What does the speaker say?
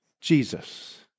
Jesus